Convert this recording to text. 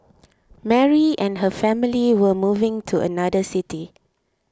Mary and her family were moving to another city